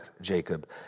Jacob